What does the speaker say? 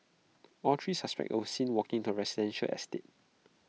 all three suspects were seen walking into A residential estate